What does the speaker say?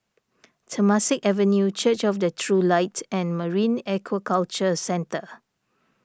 Temasek Avenue Church of the True Light and Marine Aquaculture Centre